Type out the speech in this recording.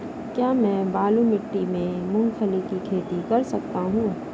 क्या मैं बालू मिट्टी में मूंगफली की खेती कर सकता हूँ?